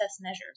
measures